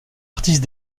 artiste